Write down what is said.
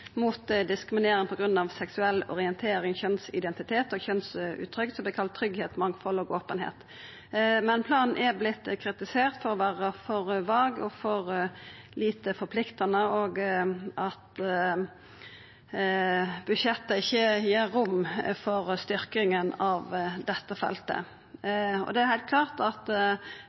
mot diskriminering på grunn av seksuell orientering, kjønnsidentitet og kjønnsuttrykk for 2017–2020, kalla Trygghet, mangfold, åpenhet. Men planen har vorte kritisert for å vera for vag og for lite forpliktande og for at budsjettet ikkje gir rom for styrkinga av dette feltet. Det er heilt klart at